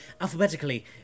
alphabetically